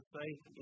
faith